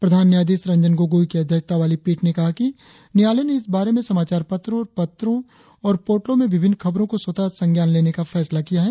प्रधान न्यायाधीश रंजन गोगोई की अध्यक्षता वाली पीठ ने कहा कि न्यायालय ने इस बारे में समाचार पत्रों और पत्रों और पोर्टलों में विभिन्न खबरों का स्वतं संज्ञान लेने का फैसला किया है